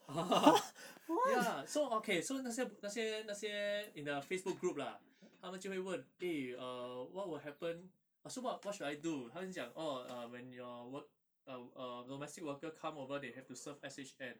ya so okay so 那些那些那些 in the Facebook group lah 他们就会问 eh err what will happen or so what what should I do 他们讲 orh uh when your work~ um uh domestic worker come over they have to serve S_H_N